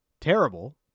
terrible